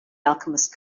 alchemist